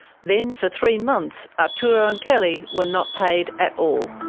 then, for three months, arturo and kelly were not paid at all.